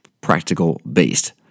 practical-based